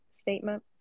statement